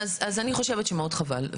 אז אני חושבת שחבל מאוד.